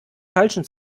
falschen